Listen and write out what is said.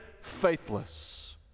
faithless